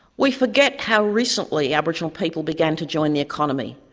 we forget how recently aboriginal people began to join the economy,